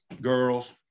girls